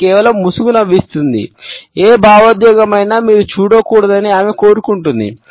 ఆమె కేవలం ముసుగు నవ్విస్తుంది ఏ భావోద్వేగం అయినా మీరు చూడకూడదని ఆమె కోరుకుంటుంది